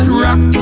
rock